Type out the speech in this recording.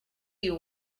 you